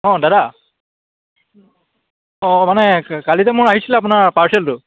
অঁ দাদা অঁ মানে কালি যে মোৰ আহিছিলে আপোনাৰ পাৰ্চেলটো